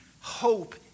hope